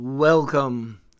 Welcome